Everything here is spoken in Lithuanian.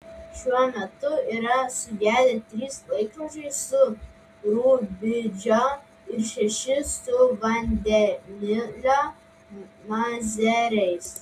šiuo metu yra sugedę trys laikrodžiai su rubidžio ir šeši su vandenilio mazeriais